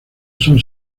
son